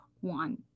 one